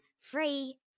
free